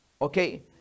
Okay